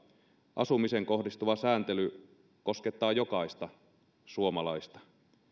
asumiseen kohdistuva sääntely koskettaa jokaista suomalaista